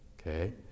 Okay